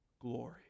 glory